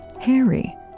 Harry